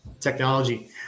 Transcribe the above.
Technology